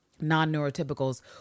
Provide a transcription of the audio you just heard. non-neurotypicals